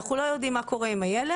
אנחנו לא יודעים מה קורה עם הילד.